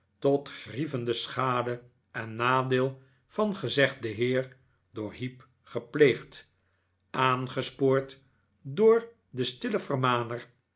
tot grievende schade en nadeel van gezegden heer door heep gepleegd aangespobrd door den stillen vermaner